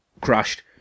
crashed